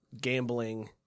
gambling